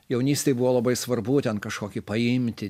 jaunystėj buvo labai svarbu ten kažkokį paimti